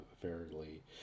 fairly